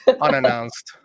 unannounced